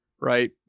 right